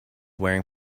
wearing